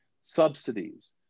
subsidies